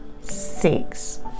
six